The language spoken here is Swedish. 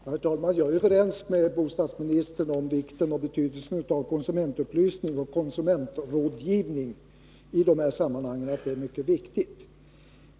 Herr talman! Jag är överens med bostadsministern om vikten av konsumentupplysning och konsumentrådgivning i dessa sammanhang — det är mycket viktigt.